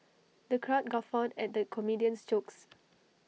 the crowd guffawed at the comedian's jokes